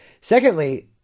Secondly